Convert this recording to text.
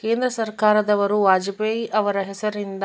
ಕೇಂದ್ರ ಸರ್ಕಾರದವರು ವಾಜಪೇಯಿ ಅವರ ಹೆಸರಿಂದ